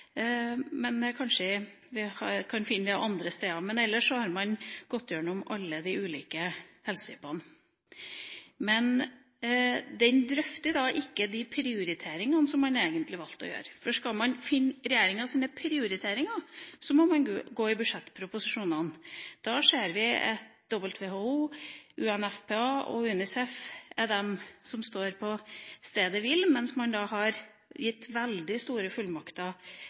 men kanskje vi kan finne det andre steder. Ellers har man gått gjennom alle de ulike helsetypene, men meldinga drøfter ikke de prioriteringene som man egentlig har valgt å gjøre. Skal man finne regjeringas prioriteringer, må man gå i budsjettproposisjonene. Da ser vi at WHO, UNFPA og UNICEF står på stedet hvil, mens man har gitt veldig store fullmakter